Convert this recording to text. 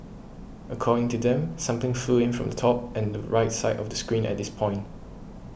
according to them something flew in from the top and the right side of the screen at this point